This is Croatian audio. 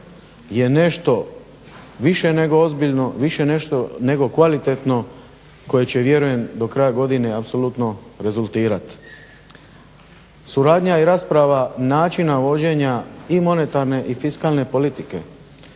nešto više nego ozbiljno, više nešto nego kvalitetno koje će vjerujem do kraja godine apsolutno rezultirat. Suradnja i rasprava načina vođenja monetarne i fiskalne politike